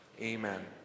Amen